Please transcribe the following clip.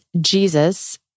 Jesus